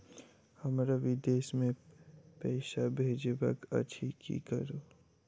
हमरा विदेश मे पैसा भेजबाक अछि की करू?